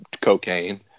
cocaine